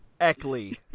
Eckley